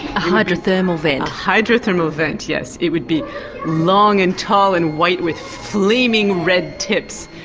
a hydrothermal vent a hydrothermal vent, yes. it would be long and tall and white, with flaming red tips.